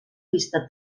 vista